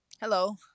hello